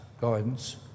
guidance